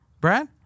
Brad